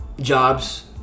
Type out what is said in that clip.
jobs